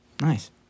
Nice